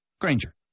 Granger